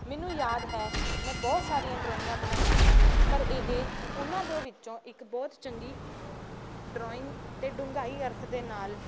ਮੈਨੂੰ ਯਾਦ ਹੈ ਮੈਂ ਬਹੁਤ ਸਾਰੀਆਂ ਡਰਾਇੰਗਾਂ ਬਣਾਈਆਂ ਹਨ ਪਰ ਇਹ ਉਹਨਾਂ ਦੇ ਵਿੱਚੋਂ ਇੱਕ ਬਹੁਤ ਚੰਗੀ ਡਰਾਇੰਗ ਅਤੇ ਡੁੰਘਾਈ ਅਰਥ ਦੇ ਨਾਲ